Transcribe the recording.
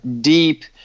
deep